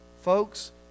folks